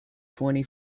twenty